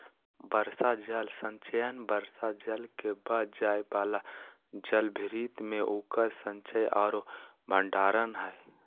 वर्षा जल संचयन वर्षा जल के बह जाय वाला जलभृत में उकर संचय औरो भंडारण हइ